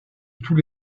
tous